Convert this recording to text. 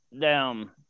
down